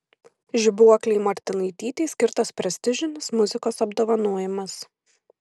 žibuoklei martinaitytei skirtas prestižinis muzikos apdovanojimas